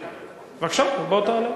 בבקשה, בוא תעלה.